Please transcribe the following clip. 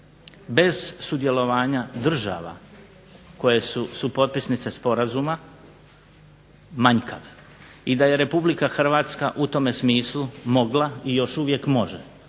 bez sudjelovanja država koje su supotpisnice sporazuma manjkave i da je Republika Hrvatska u tome smislu mogla i još uvijek može